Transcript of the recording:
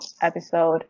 episode